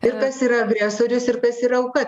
ir kas yra agresorius ir kas yra auka